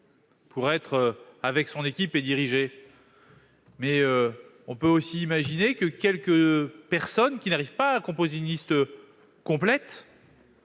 permettent à une équipe de diriger, mais on peut aussi imaginer que quelques personnes qui n'arrivent pas à composer une liste complète